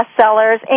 bestsellers